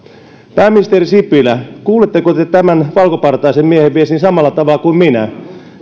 pääministeri sipilä kuuletteko te tämän valkopartaisen miehen viestin samalla tavalla kuin minä